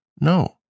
No